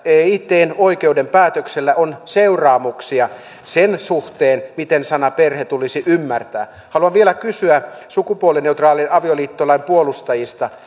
eitn oikeuden päätöksellä on seuraamuksia sen suhteen miten sana perhe tulisi ymmärtää haluan vielä kysyä sukupuolineutraalin avioliittolain puolustajilta